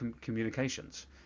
communications